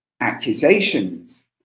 accusations